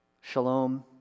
Shalom